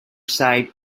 side